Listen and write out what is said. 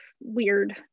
weird